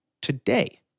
today